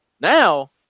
Now